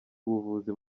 ubuvuzi